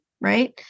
right